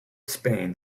spain